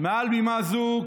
מעל בימה זו,